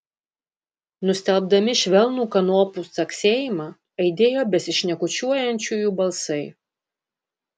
nustelbdami švelnų kanopų caksėjimą aidėjo besišnekučiuojančiųjų balsai